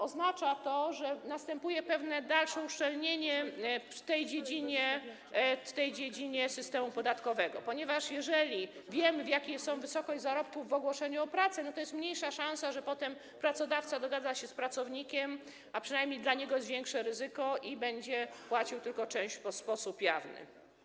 Oznacza to, że następuje pewne dalsze uszczelnienie w tej dziedzinie systemu podatkowego, ponieważ jeżeli wiemy, jaka jest wysokość zarobków w ogłoszeniu o pracę, to jest mniejsza szansa, że potem pracodawca dogada się z pracownikiem, a przynajmniej dla niego jest to większe ryzyko, i będzie płacił tylko ich część w sposób jawny.